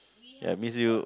that means you